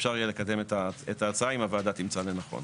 אפשר יהיה לקדם את ההצעה אם הוועדה תמצא לנכון.